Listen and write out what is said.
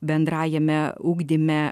bendrajame ugdyme